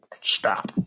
stop